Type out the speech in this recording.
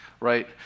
Right